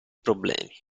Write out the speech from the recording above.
problemi